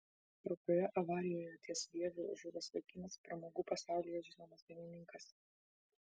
kraupioje avarijoje ties vieviu žuvęs vaikinas pramogų pasaulyje žinomas dainininkas